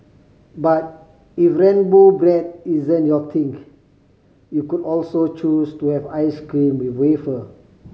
but if rainbow bread isn't your think you could also choose to have ice cream with wafer